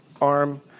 arm